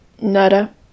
nada